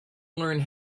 learn